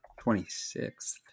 26th